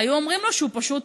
היו אומרים לו שהוא נסחף,